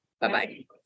Bye-bye